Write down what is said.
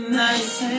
nice